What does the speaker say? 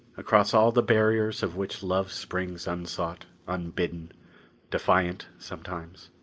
across all the barriers of which love springs unsought, unbidden defiant, sometimes.